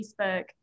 Facebook